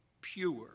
pure